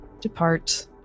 depart